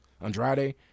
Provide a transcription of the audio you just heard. Andrade